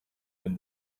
when